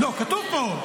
לא, כתוב פה.